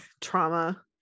trauma